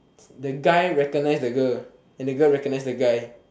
the guy recognized the girl and this girl recognized the guy